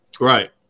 Right